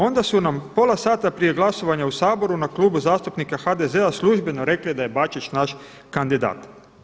Onda su nam pola sata prije glasovanja u Saboru na Klubu zastupnika HDZ-a službeno rekli da je Bačić naš kandidat.